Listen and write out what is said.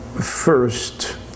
first